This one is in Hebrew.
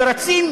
ורצים,